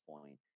point